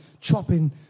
chopping